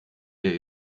der